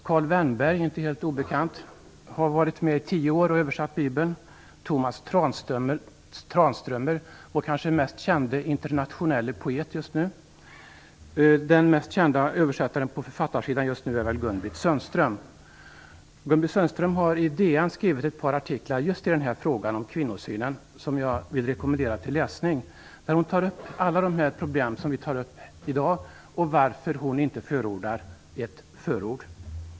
Karl Vennberg, som inte är helt obekant, har varit med och översatt bibeln i tio år. Vidare ingår Tomas Tranströmer, vår kanske mest kände internationelle poet just nu, och den mest kända översättaren på författarsidan nu är väl Gun-Britt Gun-Britt Sundström har i Dagens Nyheter skrivit ett par artiklar just i frågan om kvinnosynen, som jag vill rekommendera till läsning, där hon tar upp alla de problem som vi tar upp i dag och anledningen till att hon inte förordar ett förord.